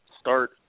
start